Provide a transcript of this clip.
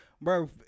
Bro